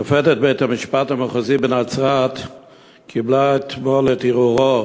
שופטת בית-המשפט המחוזי בנצרת קיבלה אתמול את ערעורו